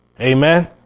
Amen